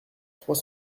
trois